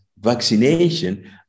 vaccination